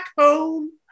home